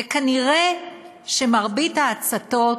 וכנראה שמרבית ההצתות